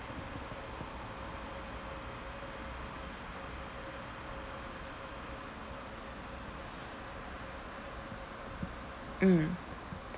mm